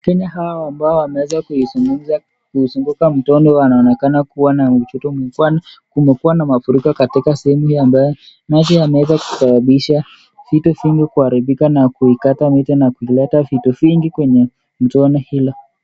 Wakenya hawa ambao wameweza kuzunguka mtoni, wanaonekana kuwa na utoto mwingi. Kwani kumekuwa na mafuriko katika sehemu hiyo ambaye maji yameweza kusababisha vitu vingi kuharibika na kukata miti na kuileta vitu vingi kwenye mtoni hilo.